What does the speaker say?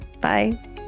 Bye